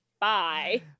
Bye